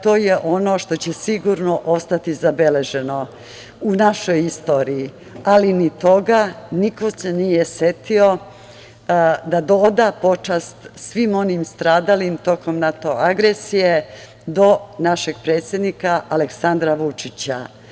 To je ono što će sigurno ostati zabeleženo u našoj istoriji, ali ni toga se niko nije setio da oda počast svim onim stradalim tokom NATO agresije do našeg predsednika Aleksandra Vučića.